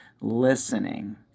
listening